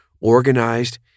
organized